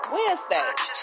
Wednesday